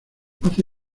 hace